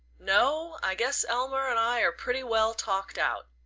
no i guess elmer and i are pretty well talked out.